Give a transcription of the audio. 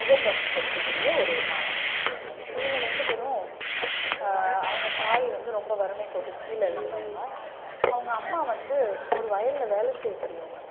முதல் வகுப்பு படிக்கக்கூடிய ஒரு மாணவன் இவங்க ரெண்டு பேரும் அவங்க தாய் வந்து ரொம்ப வறுமை கோட்டுக்கு கீழே இருக்கிறவங்க அவங்க அம்மா வந்து ஒரு வயலில் வேலை செய்யக்கூடியவங்க